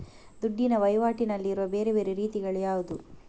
ದುಡ್ಡಿನ ವಹಿವಾಟಿನಲ್ಲಿರುವ ಬೇರೆ ಬೇರೆ ರೀತಿಗಳು ಯಾವುದು?